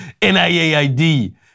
NIAID